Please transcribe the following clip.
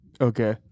Okay